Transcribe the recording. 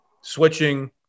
switching